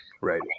Right